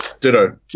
Ditto